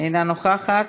אינה נוכחת.